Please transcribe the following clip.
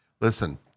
Listen